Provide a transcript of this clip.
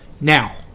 Now